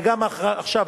וגם עכשיו,